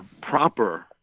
proper